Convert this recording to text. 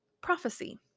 prophecy